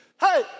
hey